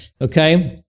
Okay